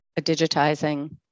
digitizing